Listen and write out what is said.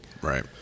right